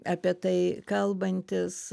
apie tai kalbantis